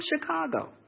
Chicago